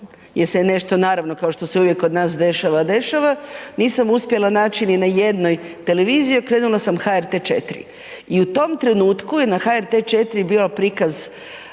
jer se nešto naravno kao što se uvijek kod nas dešava dešava, nisam uspjela naši niti na jednoj televiziji i okrenula sam HRT-e 4 i u tom trenutku je na HRT-e 4 bio prikaz